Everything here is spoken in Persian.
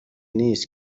نیس